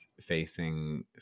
facing